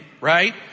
right